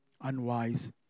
unwise